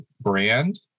brand